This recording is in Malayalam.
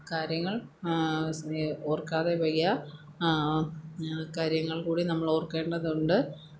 കാര്യങ്ങള് സ്നേഹം ഓര്ക്കാതെ വയ്യ ആ കാര്യങ്ങള് കൂടി നമ്മളോര്ക്കേണ്ടതുണ്ട്